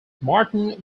martin